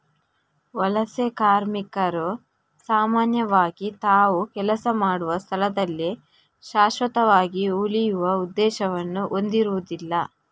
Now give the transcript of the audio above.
ವಲಸೆ ಕಾರ್ಮಿಕರು ಸಾಮಾನ್ಯವಾಗಿ ತಾವು ಕೆಲಸ ಮಾಡುವ ಸ್ಥಳದಲ್ಲಿ ಶಾಶ್ವತವಾಗಿ ಉಳಿಯುವ ಉದ್ದೇಶವನ್ನು ಹೊಂದಿರುದಿಲ್ಲ